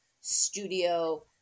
studio